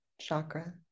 chakra